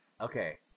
okay